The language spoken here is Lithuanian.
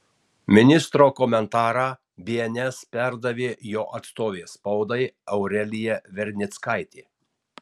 ministro komentarą bns perdavė jo atstovė spaudai aurelija vernickaitė